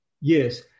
Yes